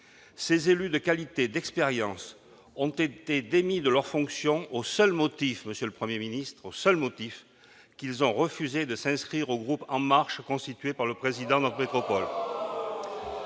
Ces élus de qualité, d'expérience, ont été démis de leurs fonctions au seul motif qu'ils ont refusé de s'inscrire au groupe En Marche constitué par le président de notre métropole.